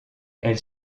elle